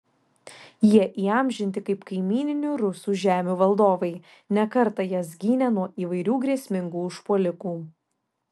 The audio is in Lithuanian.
jie įamžinti kaip kaimyninių rusų žemių valdovai ne kartą jas gynę nuo įvairių grėsmingų užpuolikų